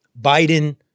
Biden